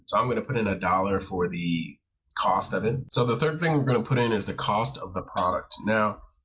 so i'm going to put in one ah dollars for the cost of it. so the third thing we're going to put in is the cost of the products. now,